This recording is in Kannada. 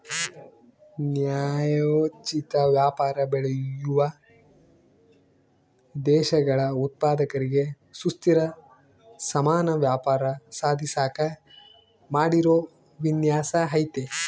ನ್ಯಾಯೋಚಿತ ವ್ಯಾಪಾರ ಬೆಳೆಯುವ ದೇಶಗಳ ಉತ್ಪಾದಕರಿಗೆ ಸುಸ್ಥಿರ ಸಮಾನ ವ್ಯಾಪಾರ ಸಾಧಿಸಾಕ ಮಾಡಿರೋ ವಿನ್ಯಾಸ ಐತೆ